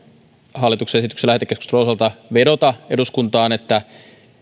hallituksen esityksen lähetekeskustelun osalta vedota eduskuntaan että